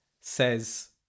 says